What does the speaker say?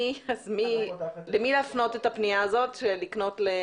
למי להפנות את הפנייה הזאת, לקנות?